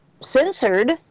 censored